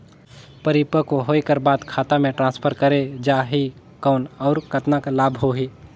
परिपक्व होय कर बाद खाता मे ट्रांसफर करे जा ही कौन और कतना लाभ होही?